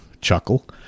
chuckle